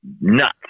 nuts